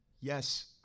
yes